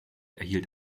erhielt